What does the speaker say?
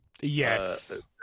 Yes